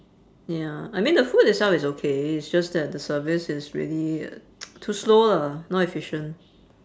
ya I mean the food itself is okay it's just that the service is really too slow lah not efficient